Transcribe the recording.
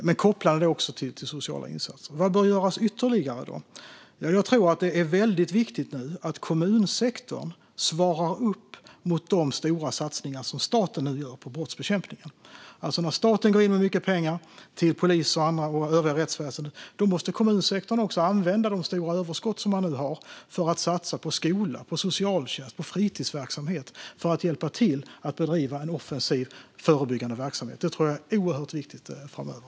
Men den kopplas också till sociala insatser. Vad bör göras ytterligare? Jag tror att det nu är viktigt att kommunsektorn svarar upp mot de stora satsningar som staten gör på brottsbekämpningen. När staten går in med mycket pengar till polisen och övriga rättsväsendet måste kommunsektorn använda de stora överskott som man har för att satsa på skola, på socialtjänst och på fritidsverksamhet för att hjälpa till att bedriva en offensiv förebyggande verksamhet. Det tror jag är oerhört viktigt framöver.